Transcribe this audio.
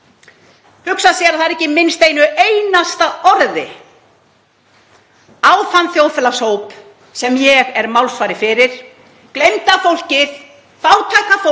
hugsa sér að þar er ekki minnst einu einasta orði á þann þjóðfélagshóp sem ég er málsvari fyrir, gleymda fólkið, fátæka fólkið